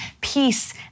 peace